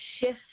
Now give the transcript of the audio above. shift